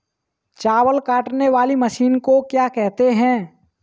चावल काटने वाली मशीन को क्या कहते हैं?